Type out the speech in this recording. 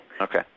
okay